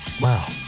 Wow